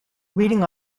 reading